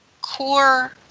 core